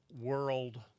world